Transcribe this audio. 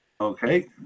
Okay